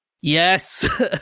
yes